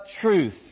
truth